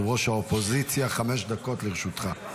ראש האופוזיציה, חמש דקות לרשותך.